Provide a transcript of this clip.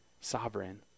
sovereign